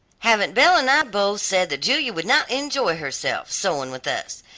haven't belle and i both said that julia would not enjoy herself, sewing with us,